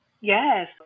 Yes